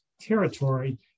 territory